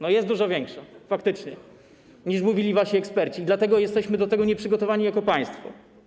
No jest dużo większa, faktycznie, niż mówili wasi eksperci, i dlatego jesteśmy do tego nieprzygotowani jako państwo.